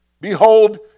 behold